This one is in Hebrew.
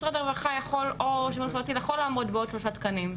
משרד הרווחה או המשרד לשוויון חברתי יכול לעמוד בעוד שלושה תקנים.